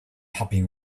happy